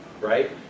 Right